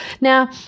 Now